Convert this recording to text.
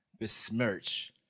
besmirch